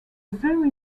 very